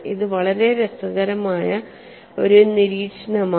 ഇത് വളരെ രസകരമായ ഒരു നിരീക്ഷണമാണ്